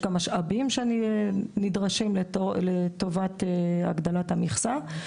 יש גם משאבים שנדרשים לטובת הגדלת המכסה.